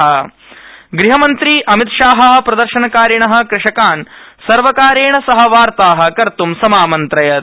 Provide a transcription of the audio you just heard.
गहमन्त्री कषक ग़हमन्त्री अमितशाहः प्रदर्शनकारिणः कषकान सर्वकारेण सह वार्ताः कर्तः समामन्त्रयत